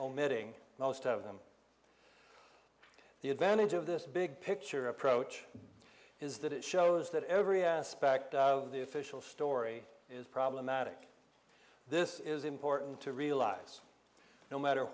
omitting most of them the advantage of this big picture approach is that it shows that every aspect of the official story is problematic this is important to realize no matter